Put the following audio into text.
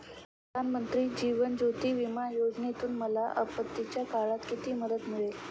प्रधानमंत्री जीवन ज्योती विमा योजनेतून मला आपत्तीच्या काळात किती मदत मिळेल?